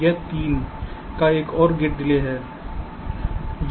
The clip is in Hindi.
यह 3 का एक और गेट डिले है